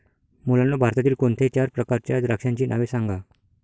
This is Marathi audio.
मुलांनो भारतातील कोणत्याही चार प्रकारच्या द्राक्षांची नावे सांगा